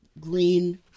Green